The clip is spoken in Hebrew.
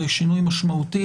זה שינוי משמעותי,